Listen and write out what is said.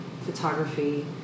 photography